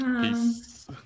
Peace